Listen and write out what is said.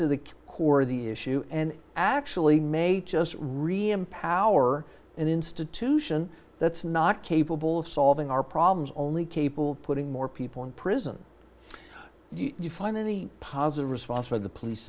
to the core of the issue and actually may just reem power an institution that's not capable of solving our problems only capable of putting more people in prison you find any positive response from the police